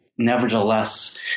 nevertheless